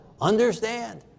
Understand